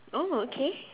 oh okay